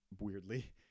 weirdly